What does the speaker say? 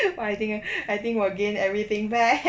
I think I think 我 gain again everything back